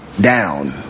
down